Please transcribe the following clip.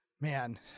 man